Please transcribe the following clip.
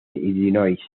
illinois